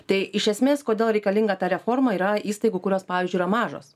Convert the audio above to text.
tai iš esmės kodėl reikalinga ta reforma yra įstaigų kurios pavyzdžiui yra mažos